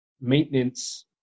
maintenance